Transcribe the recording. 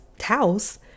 house